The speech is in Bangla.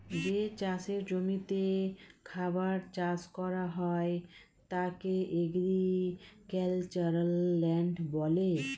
যে চাষের জমিতে খাবার চাষ করা হয় তাকে এগ্রিক্যালচারাল ল্যান্ড বলে